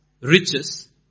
riches